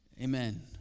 Amen